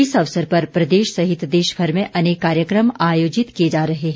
इस अवसर पर प्रदेश सहित देशभर में अनेक कार्यक्रम आयोजित किए जा रहे हैं